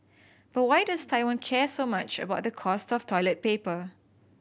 but why does Taiwan care so much about the cost of toilet paper